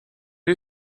you